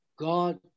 God